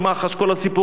כל הסיפור הזה.